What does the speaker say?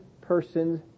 person's